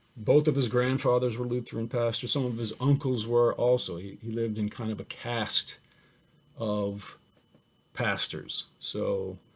both of his grandfathers were lutheran pastors, some of his uncles were also. he he lived in kind of a cast of pastors, so